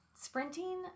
sprinting